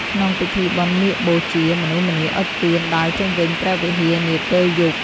ក្នុងពិធីបុណ្យមាឃបូជា មនុស្សម្នាអុជទៀនដើរជុំវិញព្រះវិហារនាពេលយប់។